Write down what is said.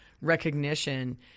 recognition